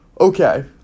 Okay